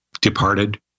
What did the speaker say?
departed